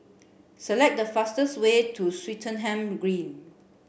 select the fastest way to Swettenham Green